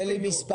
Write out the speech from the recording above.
תן לי מספרים.